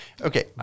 Okay